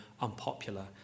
unpopular